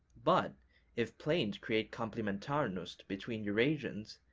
but if plains create komplimentarnost between eurasians,